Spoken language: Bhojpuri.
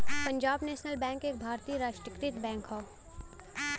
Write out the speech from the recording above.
पंजाब नेशनल बैंक एक भारतीय राष्ट्रीयकृत बैंक हौ